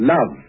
Love